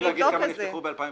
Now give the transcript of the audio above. את יודעת להגיד כמה נפתחו ב-2017?